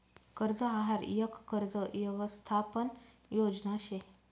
कर्ज आहार यक कर्ज यवसथापन योजना शे